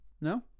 No